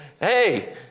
hey